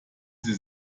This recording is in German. sie